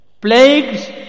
plagues